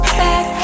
back